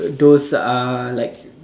those uh like